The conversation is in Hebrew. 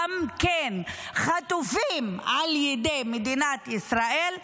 גם הם חטופים על ידי מדינת ישראל,